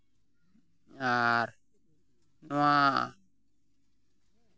ᱟᱨ ᱱᱚᱣᱟ